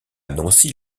nancy